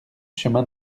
chemin